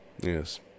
Yes